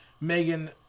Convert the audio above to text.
Megan